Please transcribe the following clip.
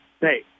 hey